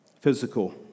physical